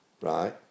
right